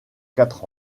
quatre